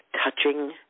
touching